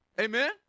Amen